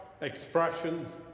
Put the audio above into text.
expressions